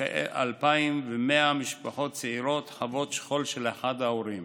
וכ-2,100 משפחות צעירות חוות שכול של אחד ההורים.